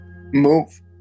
move